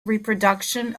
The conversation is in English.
reproduction